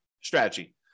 strategy